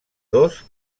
dos